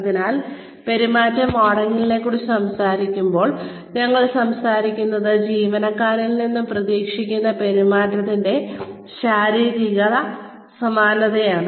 അതിനാൽ പെരുമാറ്റ മോഡലിംഗിനെക്കുറിച്ച് സംസാരിക്കുമ്പോൾ ഞങ്ങൾ സംസാരിക്കുന്നത് ജീവനക്കാരനിൽ നിന്ന് പ്രതീക്ഷിക്കുന്ന പെരുമാറ്റത്തിന്റെ ശാരീരിക സമാനതയെക്കുറിച്ചാണ്